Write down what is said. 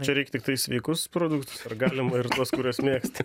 čia reik tiktai sveikus produktus ar galima ir tuos kuriuos mėgsti